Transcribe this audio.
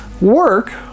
work